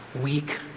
weak